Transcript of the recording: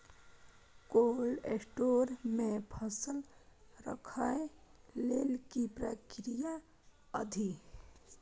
Cold store मे फसल रखय लेल की प्रक्रिया अछि?